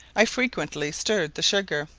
i frequently stirred the sugar,